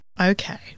Okay